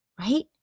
right